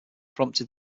prompted